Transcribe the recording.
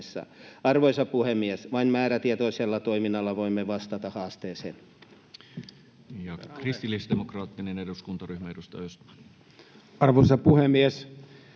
Arvoisa puhemies! Vain määrätietoisella toiminnalla voimme vastata haasteeseen. Ja kristillisdemokraattinen eduskuntaryhmä, edustaja Östman. Arvoisa puhemies!